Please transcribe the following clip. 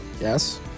Yes